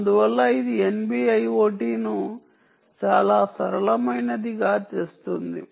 అందువల్ల ఇది NB IoT ను చాలా సరళమైనదిగా చేస్తుంది